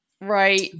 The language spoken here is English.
Right